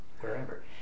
wherever